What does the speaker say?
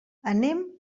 anem